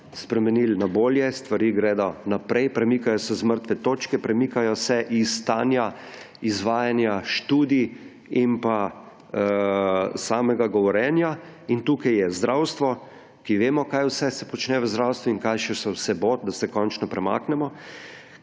spremenili na bolje, stvari gredo naprej, premikajo se z mrtve točke, premikajo se s stanja izvajanja študij in samega govorjenja. In tukaj je zdravstvo, ki vemo, kaj vse se počne v zdravstvu in kaj se še vse bo, da se končno premaknemo;